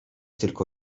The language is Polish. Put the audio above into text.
tylko